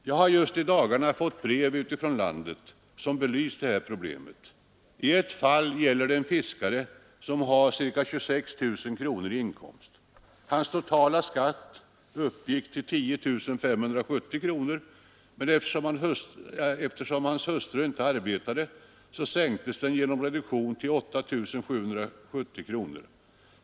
Jag har just i dagarna fått brev utifrån landet, som belyser problemet. I ett fall gäller det en fiskare, som har ca 26 000 i inkomst. Hans totala skatt uppgick till 10 570 kronor, men eftersom hans hustru icke arbetade sänktes den genom reduktion till 8 770 kronor.